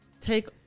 take